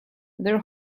their